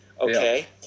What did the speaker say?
Okay